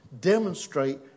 demonstrate